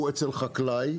הוא אצל חקלאי,